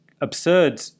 absurd